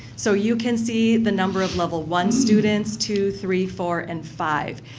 so, you can see the number of level one students, two, three, four and five.